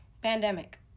Pandemic